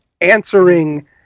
answering